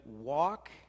walk